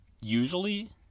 usually